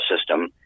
system